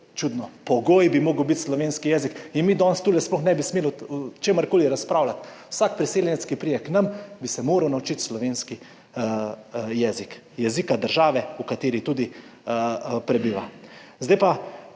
čudno? Pogoj bi moral biti slovenski jezik. In mi danes tu sploh ne bi smeli o čemerkoli razpravljati. Vsak priseljenec, ki pride k nam, bi se moral naučiti slovenskega jezika, jezika države, v kateri tudi prebiva. Zdaj pa,